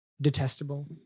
detestable